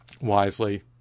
wisely